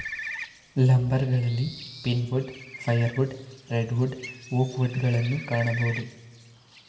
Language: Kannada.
ಲಂಬರ್ಗಳಲ್ಲಿ pine wood, fire wood, red wood, oak wood ಗಳನ್ನು ಕಾಣಬೋದು